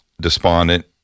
despondent